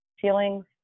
feelings